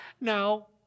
Now